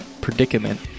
predicament